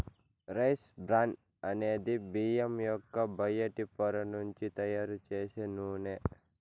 rice bran అనేది బియ్యం యొక్క బయటి పొర నుంచి తయారు చేసే నూనె